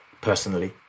personally